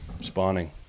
Spawning